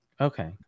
Okay